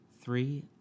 Three